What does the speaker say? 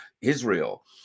Israel